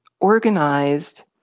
organized